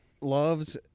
loves